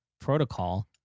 protocol